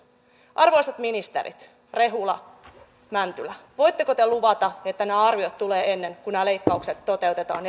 arvoisat ministerit rehula mäntylä voitteko te luvata että nämä arviot tulevat ennen kuin nämä leikkaukset toteutetaan